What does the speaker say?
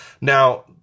Now